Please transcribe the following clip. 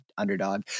underdog